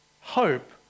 hope